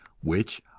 which,